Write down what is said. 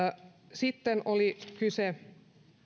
sitten oli kyse